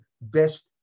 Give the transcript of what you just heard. best